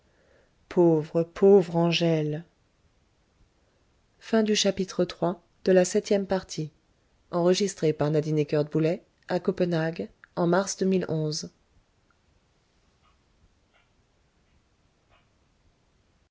pauvre pauvre angèle que